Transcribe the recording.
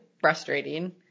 frustrating